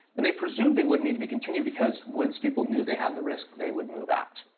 and they presumed they wouldn't need to be continued because once people knew they had the risk, they would move out.